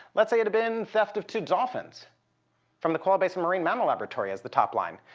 let's say it had been theft of two dolphins from the kewalo basin marine mammal laboratory as the top line.